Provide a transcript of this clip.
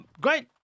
Great